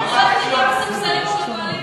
אל תסכים, זה לא בסדר.